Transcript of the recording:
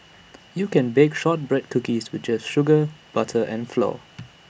you can bake Shortbread Cookies with just sugar butter and flour